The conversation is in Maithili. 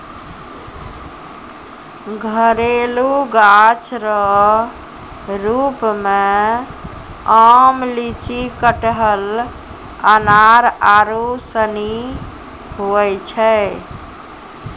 घरेलू गाछ रो रुप मे आम, लीची, कटहल, अनार आरू सनी हुवै छै